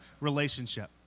relationship